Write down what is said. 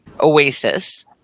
OASIS